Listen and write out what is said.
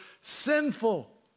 sinful